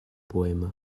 poema